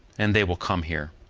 and they will come here.